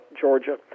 Georgia